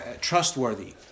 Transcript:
trustworthy